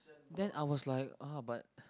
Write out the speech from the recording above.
then I was like ah but